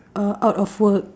uh out of work